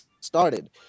started